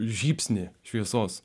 žybsnį šviesos